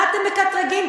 מה אתם מקטרגים?